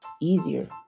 easier